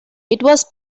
was